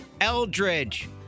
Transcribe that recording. Eldridge